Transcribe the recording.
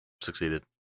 Succeeded